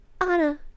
Anna